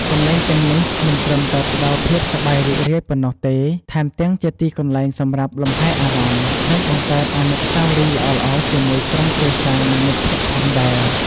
កន្លែងទាំងនេះមិនត្រឹមតែផ្ដល់ភាពសប្បាយរីករាយប៉ុណ្ណោះទេ ថែមទាំងជាទីកន្លែងសម្រាប់លំហែអារម្មណ៍ និងបង្កើតអនុស្សាវរីយ៍ល្អៗជាមួយក្រុមគ្រួសារ និងមិត្តភ័ក្តិផងដែរ។